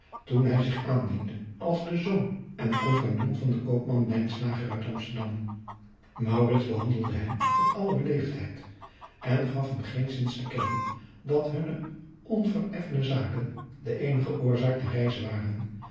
toen hij zich aandiende als de zoon en compagnon van den koopman lijnslager uit amsterdam maurits behandelde hem met alle beleefdheid en adriaan loosjes pzn het leven van maurits lijnslager gaf hem geenszins te kennen dat hunne onvereffende zaken de eenige oorzaak der reize waren